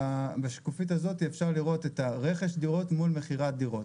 בשקופית הזאת אפשר לראות את רכש הדירות מול מכירת דירות.